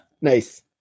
Nice